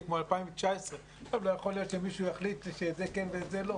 כמו 2019. לא יכול להיות שמישהו יחליט שאת זה כן ואת זה לא,